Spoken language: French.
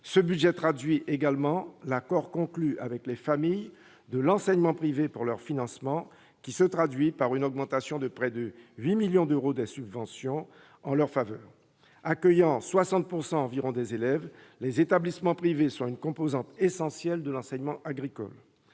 Ce budget traduit également l'accord conclu avec les familles de l'enseignement privé pour leur financement, qui se traduit par une augmentation de près de 8 millions d'euros des subventions en leur faveur. Accueillant 60 % environ des élèves, les établissements privés sont une composante essentielle de l'enseignement agricole,